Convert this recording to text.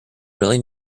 really